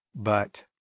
but